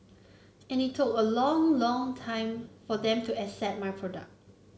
and it look a long long time for them to accept my product